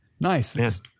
Nice